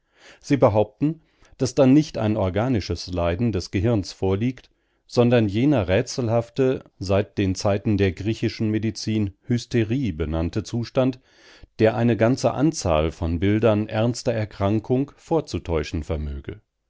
sie behaupten daß dann nicht ein organisches leiden des gehirns vorliegt sondern jener rätselhafte seit den zeiten der griechischen medizin hysterie benannte zustand der eine ganze anzahl von bildern ernster erkrankung vorzutäuschen vermöge